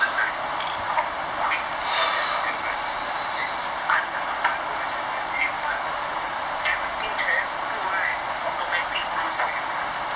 button right called quick O_S_M right then 你按那个 quick O_S_M right then you know what happened everything 全部 right automatic do for you sia